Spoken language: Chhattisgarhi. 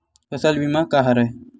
फसल बीमा का हरय?